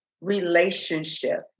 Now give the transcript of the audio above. relationship